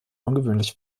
ungewöhnlich